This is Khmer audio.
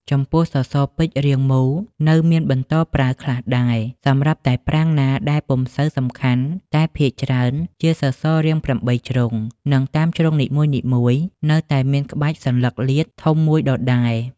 ចំពោះសសរពេជ្ររាងមូលនៅមានបន្តប្រើខ្លះដែរ សម្រាប់តែប្រាង្គណាដែលពុំសូវសំខាន់តែភាគច្រើនជាសសររាង ៨ ជ្រុង និងតាមជ្រុងនីមួយៗនៅតែមានក្បាច់សន្លឹកលាតធំមួយដដែល។